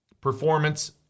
performance